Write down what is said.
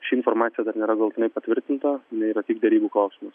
ši informacija dar nėra galutinai patvirtinta jinai yra derybų klausimas